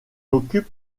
occupe